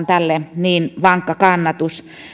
tälle niin vankka kannatus